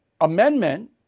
amendment